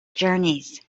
journeys